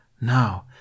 now